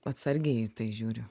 atsargiai į tai žiūriu